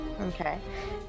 Okay